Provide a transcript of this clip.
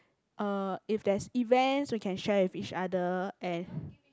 uh if there's events we can share with each other and